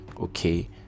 Okay